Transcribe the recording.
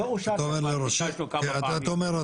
אתה אומר,